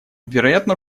вероятно